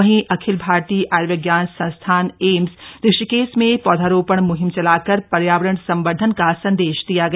वहीं अखिल भारतीय आयुर्विज्ञान संस्थान एम्स ऋषिकेश में पौधरोपण मुहिम चलाकर पर्यावरण संवर्धन का संदेश दिया गया